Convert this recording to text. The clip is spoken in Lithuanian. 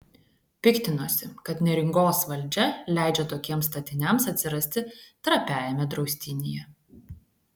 piktinosi kad neringos valdžia leidžia tokiems statiniams atsirasti trapiajame draustinyje